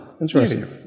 interesting